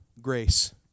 grace